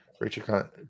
richard